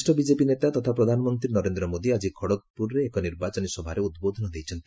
ବରିଷ୍ଣ ବିଜେପି ନେତା ତଥା ପ୍ରଧାନମନ୍ତ୍ରୀ ନରେନ୍ଦ୍ର ମୋଦୀ ଆକି ଖଡ଼ଗପୁରରେ ଏକ ନିର୍ବାଚନୀ ସଭାରେ ଉଦ୍ବୋଧନ ଦେଇଛନ୍ତି